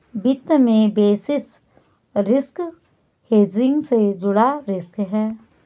वित्त में basis risk hedging से जुड़ा रिस्क है